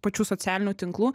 pačių socialinių tinklų